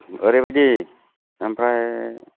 ओरैबायदि ओमफ्राय